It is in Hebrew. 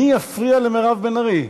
מי יפריע למירב בן ארי?